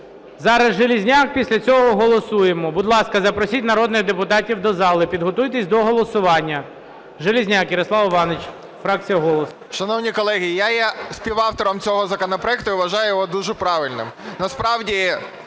Зараз - Железняк, після цього голосуємо. Будь ласка, запросіть народних депутатів до зали і підготуйтесь до голосування. Железняк Ярослав Іванович, фракція "Голос". 12:48:57 ЖЕЛЕЗНЯК Я.І. Шановні колеги, я є співавтором цього законопроекту, і вважаю його дуже правильним. Насправді,